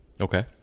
Okay